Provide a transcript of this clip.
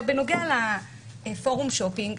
בנוגע לפורום שופינג,